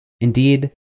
Indeed